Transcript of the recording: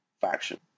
faction